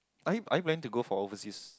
are you are you planning to go for overseas